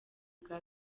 bwa